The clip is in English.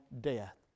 death